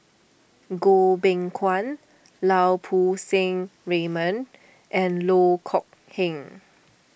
Goh Beng Kwan Lau Poo Seng Raymond and Loh Kok Heng